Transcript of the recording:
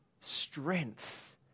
strength